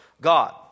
God